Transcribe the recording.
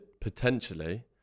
potentially